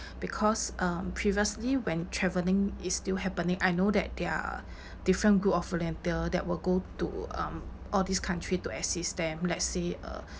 because um previously when travelling is still happening I know that there're different group of volunteer that will go to um all these country to assist them let's say uh